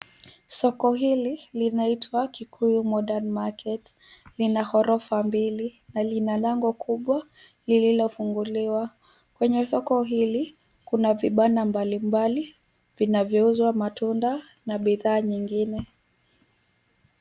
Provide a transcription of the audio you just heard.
Soko hili linaitwa Kikuyu modern market Lina ghorofa mbili na Lina lango mbili zilizofunguliawa. Kwenye soko hili kuna vipanda mbalimbali vinavyouza matunda na bidhaa nyingine.